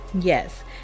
yes